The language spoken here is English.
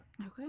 Okay